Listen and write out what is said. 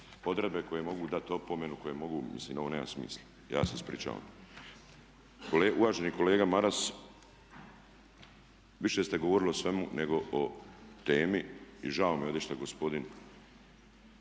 odredbe koje mogu dati opomenu, mislim ovo nema smisla. Ja se ispričavam. Uvaženi kolega Maras više ste govorili o svemu nego o temi i žao mi je ovdje što je gospodin